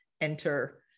enter